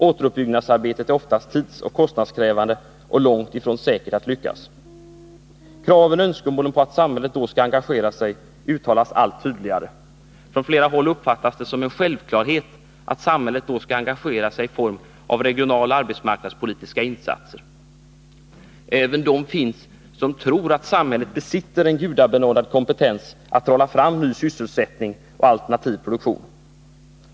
Återuppbyggnadsarbetet är oftast tidsoch kostnadskrävande och långt ifrån säkert att lyckas. Kraven och önskemålen på att samhället då skall engagera sig uttalas allt tydligare. Från flera håll uppfattas det som en självklarhet att samhället då skall engagera sig i form av regionaloch arbetsmarknadspolitiska insatser. Även de finns som tror att samhället besitter en gudabenådad kompetens att trolla fram ny sysselsättning och alternativ produktion.